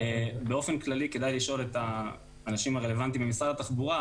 באופן כללי כדאי לשאול את האנשים הרלוונטיים במשרד התחבורה,